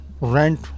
rent